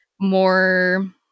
more